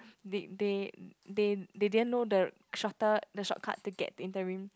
that they they they didn't know the shorter the shortcut to get interim